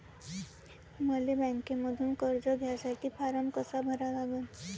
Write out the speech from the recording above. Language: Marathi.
मले बँकेमंधून कर्ज घ्यासाठी फारम कसा भरा लागन?